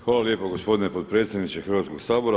Hvala lijepo gospodine potpredsjedniče Hrvatskog sabora.